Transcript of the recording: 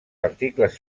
articles